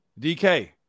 DK